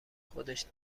خودش